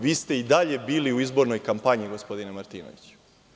Vi ste i dalje bili izbornoj kampanje, gospodine Martinoviću.